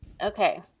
Okay